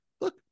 look